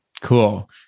Cool